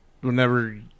whenever